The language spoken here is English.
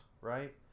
right